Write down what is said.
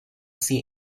see